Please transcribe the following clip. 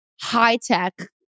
high-tech